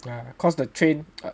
cause the train